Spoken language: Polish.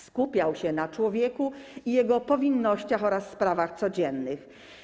Skupiał się na człowieku i jego powinnościach oraz sprawach codziennych.